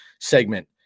segment